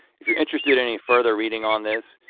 if you're interested in any further reading on this,